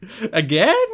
Again